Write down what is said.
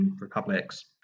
republics